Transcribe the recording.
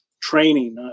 training